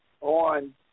on